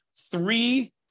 three